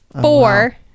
four